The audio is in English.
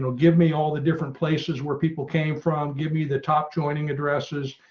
and give me all the different places where people came from. give me the top joining addresses,